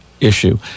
issue